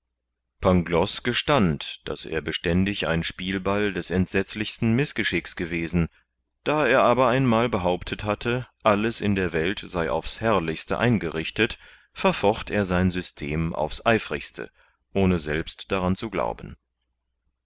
pangloß gestand daß er beständig ein spielball des entsetzlichsten mißgeschicks gewesen da er aber einmal behauptet hatte alles in der welt sei aufs herrlichste eingerichtet verfocht er sein system aufs eifrigste ohne selbst daran zu glauben